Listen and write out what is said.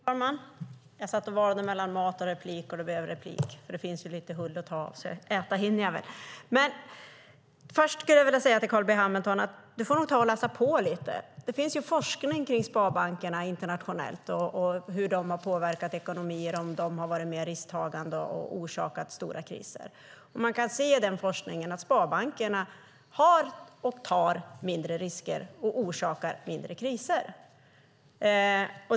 Fru talman! Jag satt och valde mellan mat och replik. Det blev replik, för det finns lite hull att ta av. Äta hinner jag väl. Först skulle jag vilja säga till Carl B Hamilton: Du får nog ta och läsa på lite! Det finns forskning kring sparbankerna internationellt och hur de har påverkat ekonomier och om de har varit mer risktagande och orsakat stora kriser. Man kan se i den forskningen att sparbankerna tar mindre risker och orsakar mindre kriser.